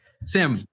Sam